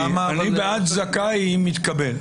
אני בעד זכאי, אם יתקבל.